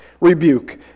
rebuke